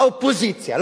באופוזיציה.